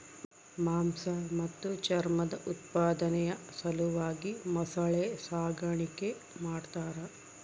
ಮಾಂಸ ಮತ್ತು ಚರ್ಮದ ಉತ್ಪಾದನೆಯ ಸಲುವಾಗಿ ಮೊಸಳೆ ಸಾಗಾಣಿಕೆ ಮಾಡ್ತಾರ